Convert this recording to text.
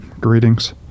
greetings